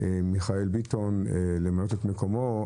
מיכאל ביטון, למלא את מקומו.